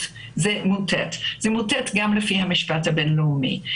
זה מוטעה גם לפי המשפט הבינלאומי.